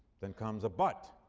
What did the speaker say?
then comes a but.